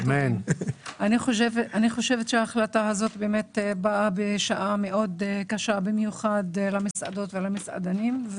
אני חושבת שההחלטה הזאת באה בשעה מאוד קשה במיוחד למסעדות ולמסעדנים.